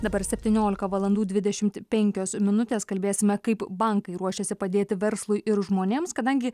dabar septyniolika valandų dvidešimt penkios minutės kalbėsime kaip bankai ruošiasi padėti verslui ir žmonėms kadangi